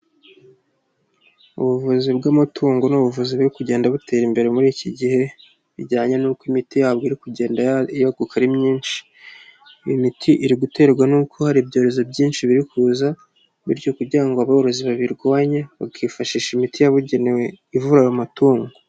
Ubuvuzi bw'amatungo ni ubuvuzi buri kugenda butera imbere muri iki gihe bijyanye n'uko imiti yabwo iri kugenda yaguka ari myinshi, iyi miti iri guterwa n'uko hari ibyorezo byinshi biri kuza, bityo kugira ngo aborozi babirwanye bakifashisha imiti yabugenewe ivura amatungo.